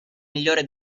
migliore